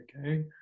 okay